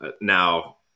Now